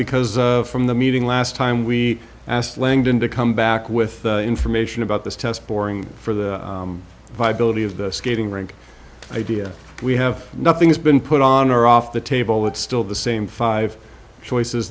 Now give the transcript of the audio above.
because from the meeting last time we asked langdon to come back with information about this test boring for the viability of the skating rink idea we have nothing's been put on or off the table it's still the same five choices